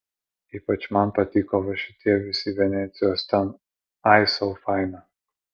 ypač man patiko va šitie visi venecijos ten ai sau faina